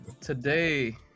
Today